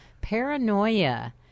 paranoia